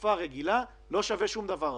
בתקופה רגילה לא שווה שום דבר עכשיו.